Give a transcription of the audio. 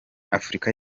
afurika